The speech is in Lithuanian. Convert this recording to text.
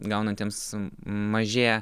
gaunantiems mažėja